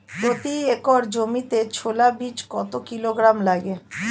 প্রতি একর জমিতে ছোলা বীজ কত কিলোগ্রাম লাগে?